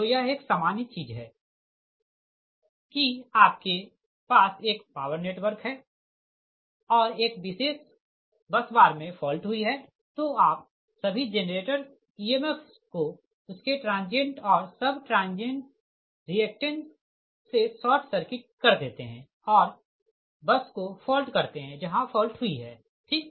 तो यह एक सामान्य चीज है कि आपके पास एक पावर नेटवर्क है और एक विशेष बस बार में फॉल्ट हुई है तो आप सभी जेनरेटर emfs को उसके ट्रांजिएंट और उप ट्रांजिएंट रिएक्टेंस से शॉर्ट सर्किट कर देते है और बस को फॉल्ट करते है जहाँ फॉल्ट हुई है ठीक